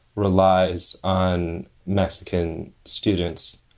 relies on mexican students.